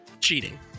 Cheating